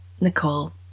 Nicole